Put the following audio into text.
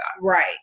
Right